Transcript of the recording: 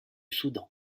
soudan